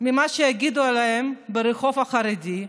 ממה שיגידו עליהם ברחוב החרדי,